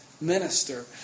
minister